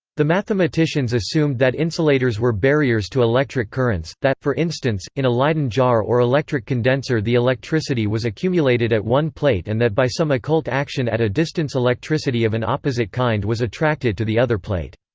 the mathematicians assumed that insulators were barriers to electric currents that, for instance, in a leyden jar or electric condenser the electricity was accumulated at one plate and that by some occult action at a distance electricity of an opposite kind was attracted to the other plate.